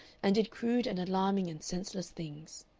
and did crude and alarming and senseless things.